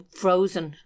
frozen